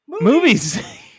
Movies